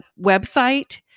website